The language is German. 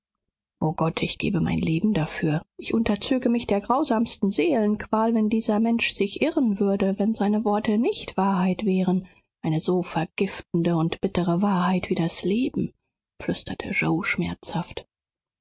o gott ich gäbe mein leben dafür ich unterzöge mich der grausamsten seelenqual wenn dieser mensch sich irren würde wenn seine worte nicht wahrheit wären eine so vergiftende und bittere wahrheit wie das leben flüsterte yoe schmerzhaft